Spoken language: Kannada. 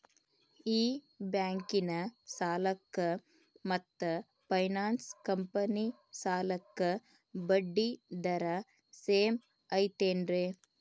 ಈ ಬ್ಯಾಂಕಿನ ಸಾಲಕ್ಕ ಮತ್ತ ಫೈನಾನ್ಸ್ ಕಂಪನಿ ಸಾಲಕ್ಕ ಬಡ್ಡಿ ದರ ಸೇಮ್ ಐತೇನ್ರೇ?